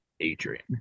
adrian